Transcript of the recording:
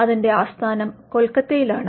അതിന്റെ ആസ്ഥാനം കൊൽക്കത്തയിലാണ്